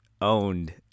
owned